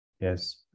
yes